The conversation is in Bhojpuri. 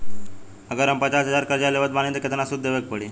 अगर हम पचास हज़ार कर्जा लेवत बानी त केतना सूद देवे के पड़ी?